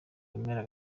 bimera